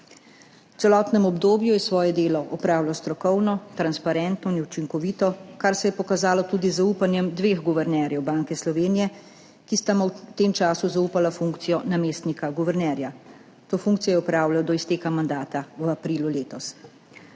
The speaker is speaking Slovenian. V celotnem obdobju je svoje delo opravljal strokovno, transparentno in učinkovito, kar se je pokazalo tudi z zaupanjem dveh guvernerjev Banke Slovenije, ki sta mu v tem času zaupala funkcijo namestnika guvernerja. To funkcijo je opravljal do izteka mandata v aprilu letos.